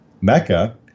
Mecca